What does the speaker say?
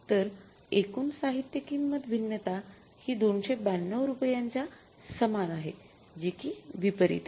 तर एकूण साहित्य किंमत भिन्नता हि २९२ रुपयांच्या सामान आहे जी कि विपरीत आहे